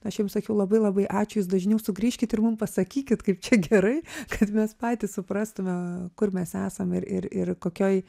aš jiems sakiau labai labai ačiū jūs dažniau sugrįžkit ir mum pasakykit kaip čia gerai kad mes patys suprastume kur mes esame ir ir ir kokioj